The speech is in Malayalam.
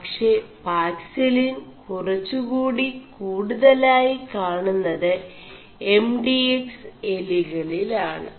പേ പാക ിലിൻ കുറggകൂടി കൂടുതലായി കാണുMത് എം ഡി എക്സ് എലികളിലാണ്